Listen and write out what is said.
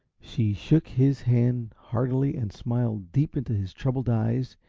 she shook his hand heartily and smiled deep into his troubled eyes,